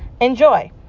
enjoy